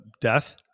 Death